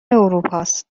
اروپاست